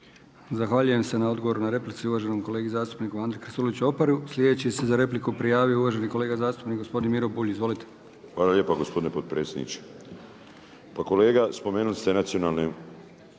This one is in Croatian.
Zahvaljujem se na odgovoru i replici uvaženom kolegi zastupniku Andri Krstuloviću Opari. Sljedeći se za repliku prijavio uvaženi kolega zastupnik gospodin Miro Bulj. Izvolite. **Bulj, Miro (MOST)** Hvala lijepa gospodine potpredsjedniče. Kolega spomenuli ste nacionalnu